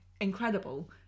incredible